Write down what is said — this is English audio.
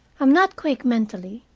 am not quick, mentally,